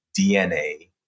DNA